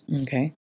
Okay